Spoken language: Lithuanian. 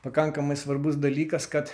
pakankamai svarbus dalykas kad